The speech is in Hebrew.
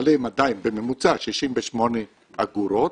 תשלם עדיין 68 אגורות,